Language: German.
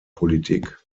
politik